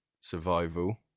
survival